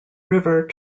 river